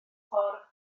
ffordd